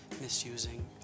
misusing